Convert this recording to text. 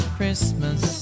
Christmas